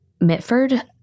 Mitford